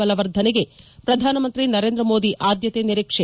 ಬಲವರ್ಧನೆಗೆ ಪ್ರಧಾನಮಂತ್ರಿ ನರೇಂದ್ರ ಮೋದಿ ಆದ್ಯತೆ ನಿರೀಕ್ಷೆ